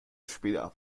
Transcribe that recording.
spieler